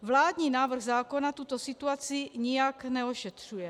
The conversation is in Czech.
Vládní návrh zákona tuto situaci nijak neošetřuje.